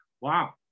wow